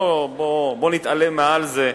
בוא נתעלה מעל זה,